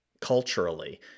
culturally